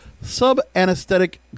sub-anesthetic